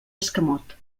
escamot